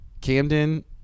Camden